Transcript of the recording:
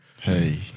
hey